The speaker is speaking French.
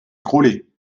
groslay